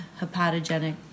hepatogenic